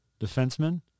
defenseman